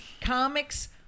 comics